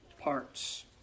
parts